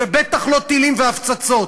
ובטח לא טילים והפצצות.